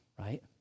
Right